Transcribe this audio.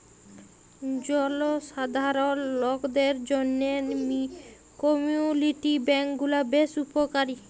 জলসাধারল লকদের জ্যনহে কমিউলিটি ব্যাংক গুলা বেশ উপকারী